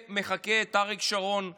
ומחקה את אריק שרון בקולו.